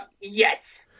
yes